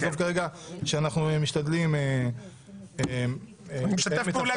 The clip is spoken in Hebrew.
עזוב כרגע שאנחנו משתדלים --- אני משתף פעולה